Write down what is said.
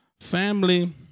family